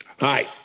Hi